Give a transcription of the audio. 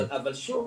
אבל שוב,